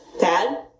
Dad